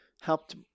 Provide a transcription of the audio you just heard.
helped